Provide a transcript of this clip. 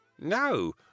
no